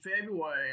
February